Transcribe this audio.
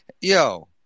Yo